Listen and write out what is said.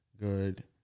Good